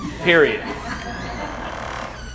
period